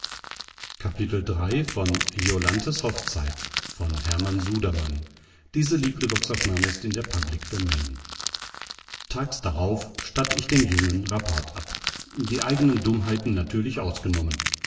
tags darauf statt ich dem jungen rapport ab die eigenen dummheiten natürlich ausgenommen